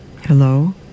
Hello